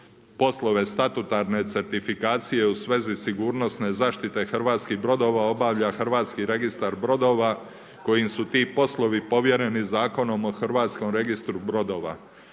Poslove statutarne certifikacije u svezi sigurnosne zaštite hrvatskih brodova, obavlja Hrvatski registar brodova, koji su ti poslovi provjereni Zakonom o hrvatskom registru brodova.